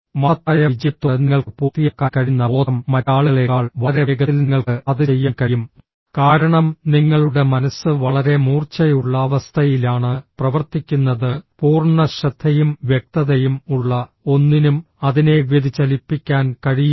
മഹത്തായ വിജയത്തോടെ നിങ്ങൾക്ക് പൂർത്തിയാക്കാൻ കഴിയുന്ന ബോധം മറ്റ് ആളുകളേക്കാൾ വളരെ വേഗത്തിൽ നിങ്ങൾക്ക് അത് ചെയ്യാൻ കഴിയും കാരണം നിങ്ങളുടെ മനസ്സ് വളരെ മൂർച്ചയുള്ള അവസ്ഥയിലാണ് പ്രവർത്തിക്കുന്നത് പൂർണ്ണ ശ്രദ്ധയും വ്യക്തതയും ഉള്ള ഒന്നിനും അതിനെ വ്യതിചലിപ്പിക്കാൻ കഴിയില്ല